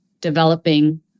developing